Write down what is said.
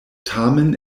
tamen